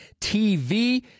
TV